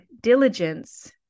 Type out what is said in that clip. diligence